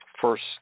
first